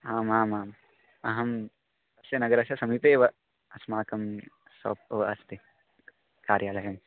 आमामाम् अहम् अस्य नगरस्य समीपे एव अस्माकं साप् अस्ति कार्यालयः